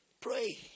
Pray